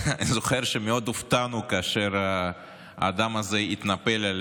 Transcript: אני זוכר שהופתענו מאוד כאשר האדם הזה התנפל על